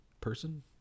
person